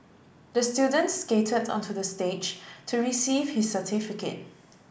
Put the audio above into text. the student skated onto the stage to receive his certificate